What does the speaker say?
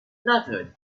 another